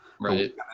Right